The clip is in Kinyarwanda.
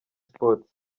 sports